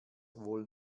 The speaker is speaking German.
wohl